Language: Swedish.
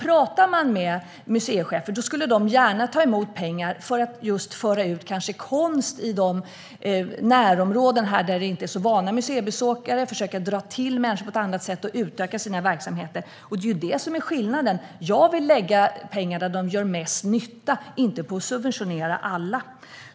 Talar man med museichefer säger de att de gärna skulle ta emot pengar kanske just för att föra ut konst till de närområden där man inte är så vana museibesökare, försöka dra till sig människor på ett annat sätt och utöka verksamheten. Det är detta som är skillnaden: Jag vill lägga pengar där de gör mest nytta, inte på att subventionera alla.